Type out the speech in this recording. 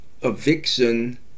eviction